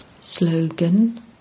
Slogan